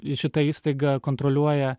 į šitą įstaigą kontroliuoja